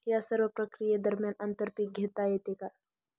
या सर्व प्रक्रिये दरम्यान आंतर पीक घेता येते का?